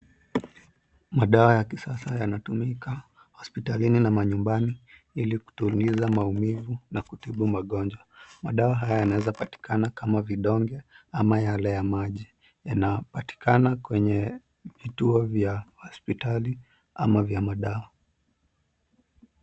Madawa ya kisasa yanatumika hospitalini na manyumbani ili kutuliza maumivu na kutibu magonjwa. Madawa haya yanaweza patikana kama vidonge ama yale ya maji. Yanapatikana kwenye vituo vya hospitali ama vya madawa.